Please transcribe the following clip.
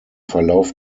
verlauf